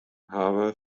hawwe